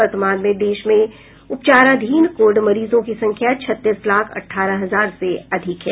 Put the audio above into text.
वर्तमान में देश में उपचाराधीन कोविड मरीजों की संख्या छत्तीस लाख अड्डारह हजार से अधिक है